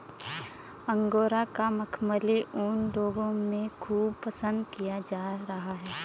angora का मखमली ऊन लोगों में खूब पसंद किया जा रहा है